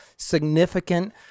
significant